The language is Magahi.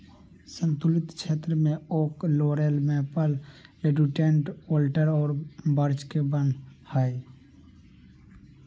सन्तुलित क्षेत्र में oak, laurel, maple, rhododendron, alder और बर्च के वन हइ